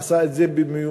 עשה את זה במיומנות,